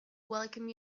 welcome